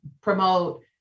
promote